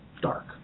dark